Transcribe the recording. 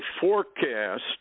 forecast